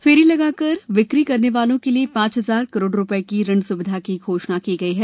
फेरी लगाकर बिक्री करने वालों के लिए पांच हजार करोड रुपये की ऋण स्विधा की घोषणा की गई है